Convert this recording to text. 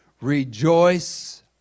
rejoice